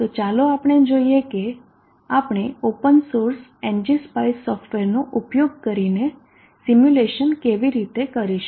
તો ચાલો આપણે જોઈએ કે આપણે ઓપન સોર્સ એનજીસ્પાઇસ સોફ્ટવેરનો ઉપયોગ કરીને સિમ્યુલેશન કેવી રીતે કરીશું